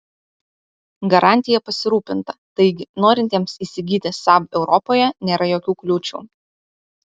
garantija pasirūpinta taigi norintiems įsigyti saab europoje nėra jokių kliūčių